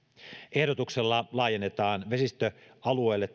ehdotuksella laajennetaan vesistöalueilla